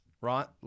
right